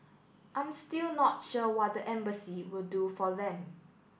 I'm still not sure what the embassy will do for them